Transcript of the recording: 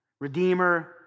Redeemer